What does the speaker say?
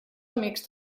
amics